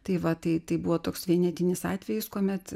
tai va tai buvo toks vienetinis atvejis kuomet